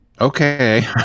okay